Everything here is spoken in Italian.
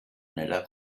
nella